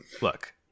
look